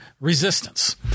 resistance